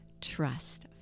trust